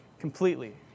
completely